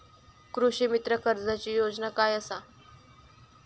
कृषीमित्र कर्जाची योजना काय असा?